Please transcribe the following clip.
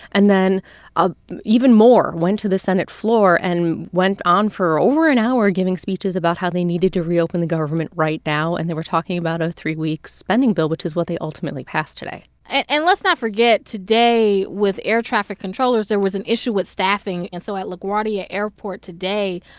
and then ah even more went to the senate floor and went on for over an hour, giving speeches about how they needed to reopen the government right now. and they were talking about a three-week spending bill, which is what they ultimately passed today and let's not forget today with air traffic controllers, there was an issue with staffing. and so at laguardia airport today,